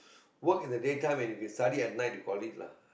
work in the day time when you can study at night you called it lah